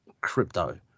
crypto